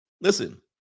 listen